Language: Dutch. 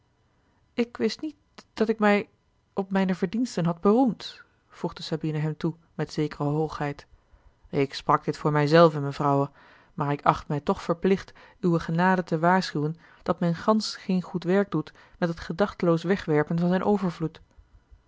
ik wist niet dat ik mij op mijne verdiensten had beroemd voegde sabina hem toe met zekere hoogheid k sprak dit voor mij zelven mevrouwe maar ik acht mij toch verplicht uwe genade te waarschuwen dat men gansch geen goed werk doet met het gedachteloos wegwerpen van zijn